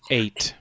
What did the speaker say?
eight